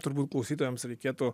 turbūt klausytojams reikėtų